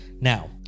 Now